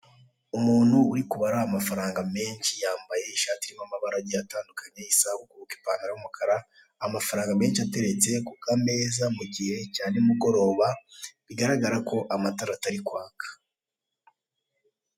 Umuntu uri kubara amafaranga menshi yambaye ishati irimo amabara agiye atandukanye isaha kukuboko, ipantaro y'umukara, amafaranga menshi ateretse ku kameza mu gihe cya nimugoroba bigaragara ko amatara atari kwaka.